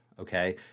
Okay